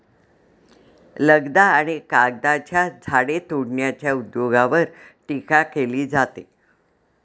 लगदा आणि कागदाच्या झाडे तोडण्याच्या उद्योगावर टीका केली जाते